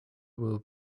will